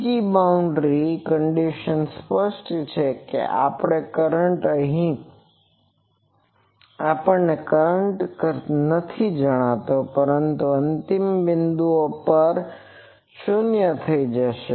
બીજી boundary condition સ્પષ્ટ છે કે આપણો કરંટ અહીં આપણને કરંટ નથી જણાતો પરંતુ અંતિમ બિંદુઓ પર આ શૂન્ય પર જશે